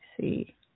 see